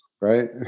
right